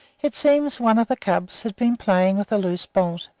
it seems one of the cubs had been playing with a loose bolt,